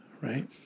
right